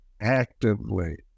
Actively